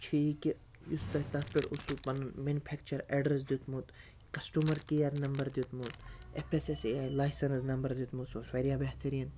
چھُ یہِ کہِ یُس تۄہہِ تتھ پیٚٹھ اوسوٕ پَنُن میٚنُفیکچَر ایٚڈرَس دیُتمُت کَسٹُمَر کِیر دیُتمُت F S S A I licence number دیُتمُت سُہ اوس واریاہ بہتریٖن